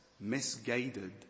misguided